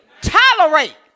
tolerate